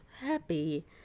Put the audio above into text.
happy